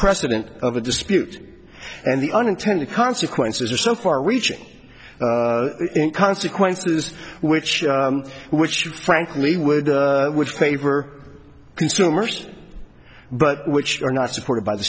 precedent of a dispute and the unintended consequences are so far reaching consequences which which frankly would which favor consumers but which are not supported by